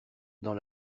dans